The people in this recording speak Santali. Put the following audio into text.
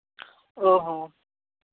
ᱚ ᱦᱚᱸ